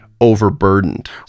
overburdened